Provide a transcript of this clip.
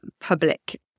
public